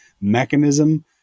mechanism